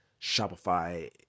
Shopify